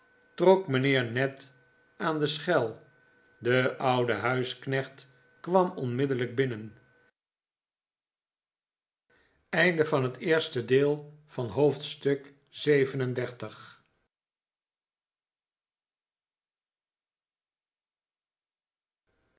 trok mijnheer ned aan de schel de oude huisknecht kwam onmiddellijk binnen